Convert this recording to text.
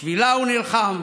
בשבילה הוא נלחם,